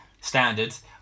standards